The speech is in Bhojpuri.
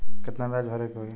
कितना ब्याज भरे के होई?